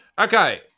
Okay